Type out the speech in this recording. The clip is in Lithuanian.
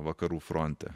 vakarų fronte